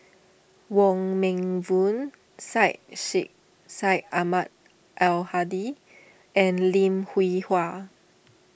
Wong Meng Voon Syed Sheikh Syed Ahmad Al Hadi and Lim Hwee Hua